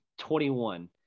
21